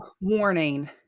warning